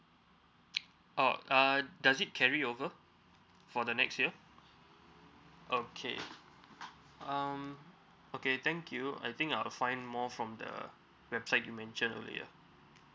oh does it carry over for the next year okay um okay thank you I think I'll find more from the website you mention earlier